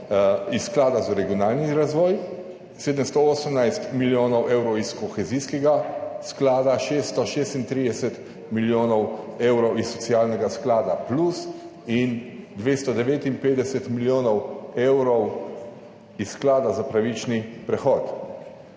iz Sklada za regionalni razvoj, 718 milijonov evrov iz Kohezijskega sklada, 636 milijonov evrov iz Socialnega sklada plus in 259 milijonov evrov iz Sklada za pravični prehod.